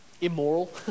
immoral